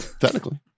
Technically